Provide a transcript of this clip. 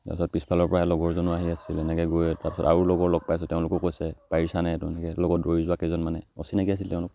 তাৰপিছত পিছফালৰ পৰাই লগৰজন আহি আছিল এনেকৈ গৈ তাৰপিছত আৰু লগৰ লগ পাইছোঁ তেওঁলোকেও কৈছে পাৰিছানে তাকে লগত দৌৰি যোৱা কেইজনমানে অচিনাকী আছিল তেওঁলোক